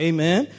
Amen